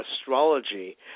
astrology